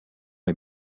est